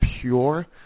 pure